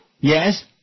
Yes